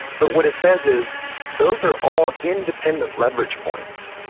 but what it says is those are all independent leverage points.